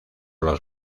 los